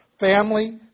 family